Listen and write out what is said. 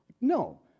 no